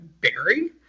Barry